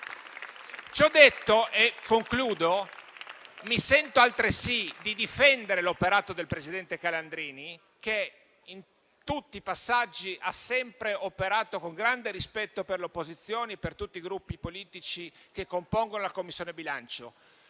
Ciò detto, e concludo, mi sento altresì di difendere l'operato del presidente Calandrini, che in tutti i passaggi ha sempre operato con grande rispetto per le opposizioni e per tutti i Gruppi politici che compongono la Commissione bilancio